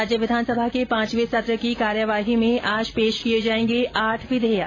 राज्य विधानसभा के पांचवे सत्र की कार्यवाही में आज पेश किए जाएंगे आठ विधेयक